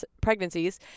pregnancies